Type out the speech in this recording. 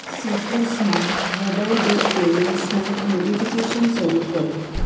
સીટ્રસમાં mobile bill પેમેંટસનાં notification શરૂ કરો